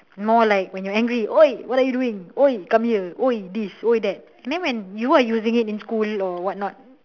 more like when you are angry !oi! what are you doing !oi! come here !oi! this !oi! that then when you are using it in school or what not